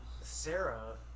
Sarah